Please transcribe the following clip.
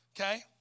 okay